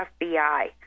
FBI